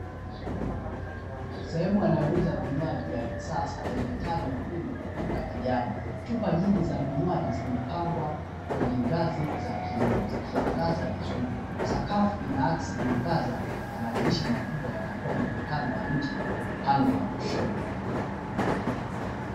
Sehemu wanayouza vinywaji ya kisasa yenye taa nyekundu na kijani. Chupa nyingi za vinywaji zimepangwa kwenye ngazi za kioo zikiangaza vizuri. Sakafu inaakisi mwangaza na madirisha makubwa yanatoa muonekano wa nje, upande wa kushoto.